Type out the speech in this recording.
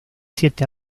siete